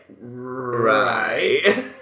right